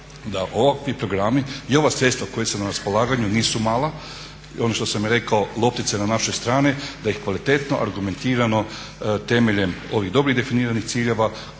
Hvala.